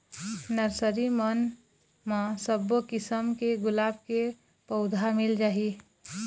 nursery मन म सब्बो किसम के गुलाब के पउधा मिल जाही